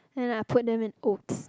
then I put them in oats